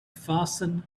fasten